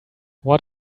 what